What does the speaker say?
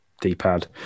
d-pad